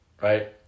Right